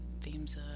themes